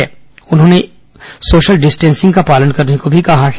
इसे दौरान उन्होंने सोशल डिस्टेंसिंग का पालन करने को भी कहा है